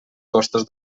costes